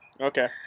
Okay